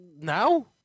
Now